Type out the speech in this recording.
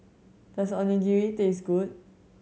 does Onigiri taste good